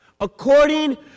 According